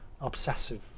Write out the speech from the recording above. obsessive